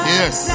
yes